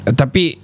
tapi